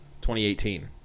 2018